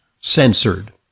censored